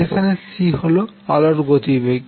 যেখানে C হল আলোর গতিবেগ